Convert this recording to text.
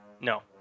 No